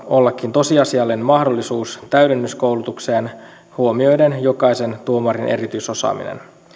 olla tosiasiallinen mahdollisuus täydennyskoulutukseen huomioiden jokaisen tuomarin erityisosaaminen